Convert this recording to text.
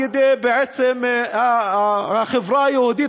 בעצם על-ידי החברה היהודית,